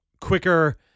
quicker